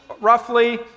roughly